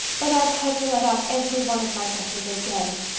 but i've had to let out every one of my dresses again.